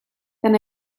then